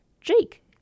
Jake